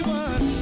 one